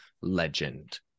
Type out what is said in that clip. legend